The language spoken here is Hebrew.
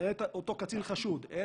אני